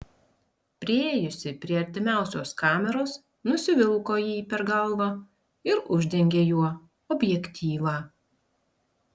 priėjusi prie artimiausios kameros nusivilko jį per galvą ir uždengė juo objektyvą